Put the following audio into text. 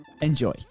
enjoy